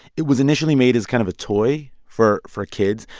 it was initially made as kind of a toy for for kids.